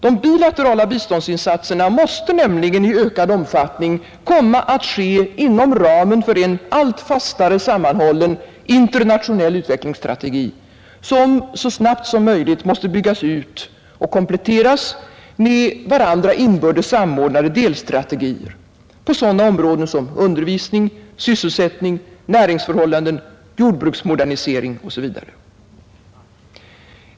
De bilaterala biståndsinsatserna måste nämligen i ökad omfattning komma att ske inom ramen för en allt fastare sammanhållen internationell utvecklingsstrategi, som så snabbt som möjligt måste byggas ut och kompletteras med varandra inbördes samordnade delstrategier på sådana områden som undervisning, sysselsättning, näringsförhållanden, jordbruksmodernisering osv.